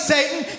Satan